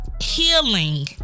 healing